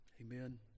Amen